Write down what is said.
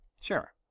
Sure